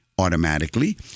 automatically